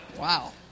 wow